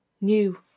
new